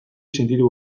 sentitu